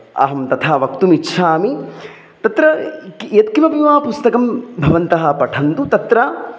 अहं तथा वक्तुमिच्छामि तत्र यत्किमपि वा पुस्तकं भवन्तः पठन्तु तत्र